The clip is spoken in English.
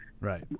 right